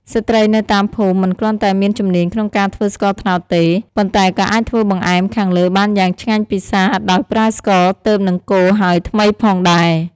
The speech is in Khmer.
ស្ត្រីនៅតាមភូមិមិនគ្រាន់តែមានជំនាញក្នុងការធ្វើស្ករត្នោតទេ ប៉ុន្តែក៏អាចធ្វើបង្អែមខាងលើបានយ៉ាងឆ្ងាញ់ពិសាដោយប្រើស្ករទើបនឹងកូរហើយថ្មីផងដែរ។